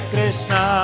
Krishna